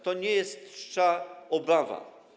To nie jest czcza obawa.